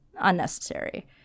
unnecessary